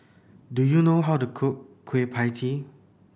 do you know how to cook Kueh Pie Tee